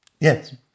Yes